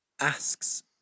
asks